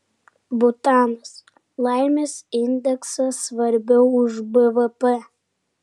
butanas laimės indeksas svarbiau už bvp